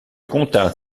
contint